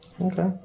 Okay